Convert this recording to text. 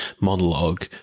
monologue